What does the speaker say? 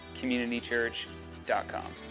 communitychurch.com